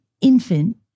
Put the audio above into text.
infant